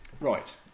Right